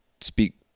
speak